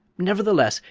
nevertheless,